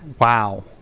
Wow